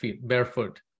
barefoot